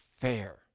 fair